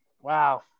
Wow